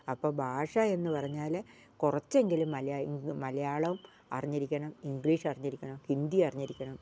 അപ്പം ഭാഷ എന്നു പറഞ്ഞാൽ കുറച്ചെങ്കിലും മലയാളം അറിഞ്ഞിരിക്കണം ഇംഗ്ലീഷ് അറിഞ്ഞിരിക്കണം ഹിന്ദി അറിഞ്ഞിരിക്കണം